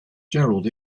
gerald